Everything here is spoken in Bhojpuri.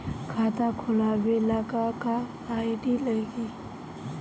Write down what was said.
खाता खोलाबे ला का का आइडी लागी?